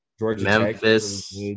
Memphis